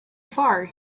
far